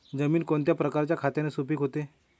जमीन कोणत्या प्रकारच्या खताने सुपिक होते?